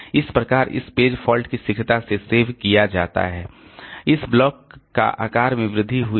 इस प्रकार इस पेज फॉल्ट को शीघ्रता से सेव किया जाता है इस ब्लॉक का आकार में वृद्धि हुई है